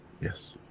Yes